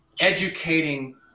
educating